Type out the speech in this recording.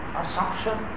assumption